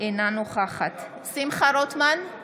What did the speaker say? אינה נוכחת שמחה רוטמן,